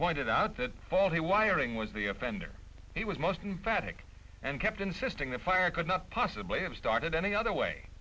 pointed out that faulty wiring was the offender he was most in phatic and kept insisting the fire could not possibly have started any other way